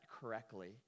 correctly